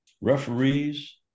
referees